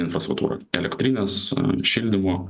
infrastruktūrą elektrinės šildymo